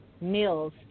meals